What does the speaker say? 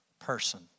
person